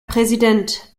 präsident